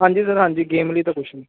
ਹਾਂਜੀ ਸਰ ਹਾਂਜੀ ਗੇਮ ਲਈ ਤਾਂ ਪੁੱਛਣਾ